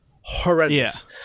horrendous